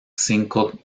cinco